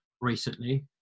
recently